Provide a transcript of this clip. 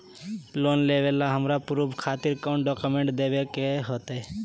Loan लेबे ला हमरा प्रूफ खातिर कौन डॉक्यूमेंट देखबे के होतई?